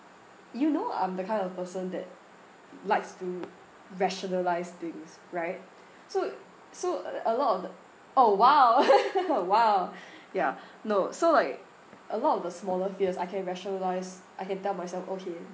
you know I'm the kind of person that likes to rationalise things right so so a lot of the oh !wow! !wow! ya no so like a lot of the smaller fears I can rationalise I can tell myself okay